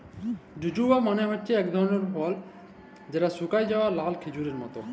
জুজুবা মালে হছে ইক ধরলের ফল যেট শুকাঁয় যাউয়া লাল খেজুরের মত